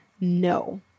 no